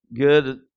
good